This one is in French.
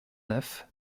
neuf